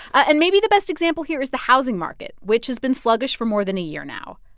and maybe the best example here is the housing market, which has been sluggish for more than a year now.